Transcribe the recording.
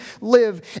live